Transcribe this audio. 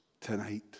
tonight